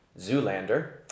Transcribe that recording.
Zoolander